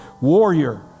warrior